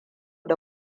da